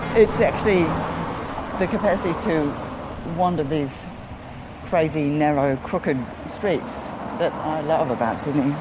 it's actually the capacity to wander these crazy, narrow, crooked streets that i love about sydney.